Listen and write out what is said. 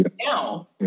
Now